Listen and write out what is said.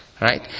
Right